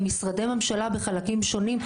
ומשרדי ממשלה בחלקים שונים,